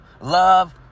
love